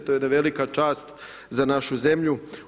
To je jedna velika čast za našu zemlju.